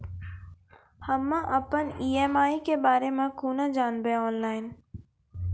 हम्मे अपन ई.एम.आई के बारे मे कूना जानबै, ऑनलाइन?